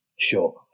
Sure